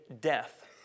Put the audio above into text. death